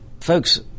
Folks